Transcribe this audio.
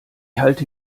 halte